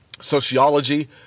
sociology